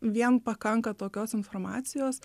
vien pakanka tokios informacijos